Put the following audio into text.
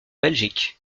belgique